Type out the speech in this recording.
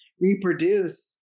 reproduce